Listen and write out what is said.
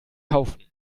kaufen